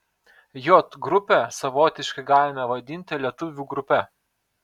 j grupę savotiškai galime vadinti lietuvių grupe